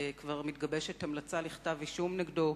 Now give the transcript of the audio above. וכבר מתגבשת המלצה לכתב-אישום נגדו,